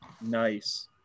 Nice